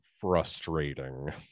frustrating